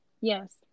Yes